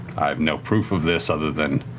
i have no proof of this other than